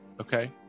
Okay